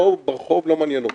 ברחוב לא מעניין אותי.